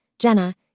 Jenna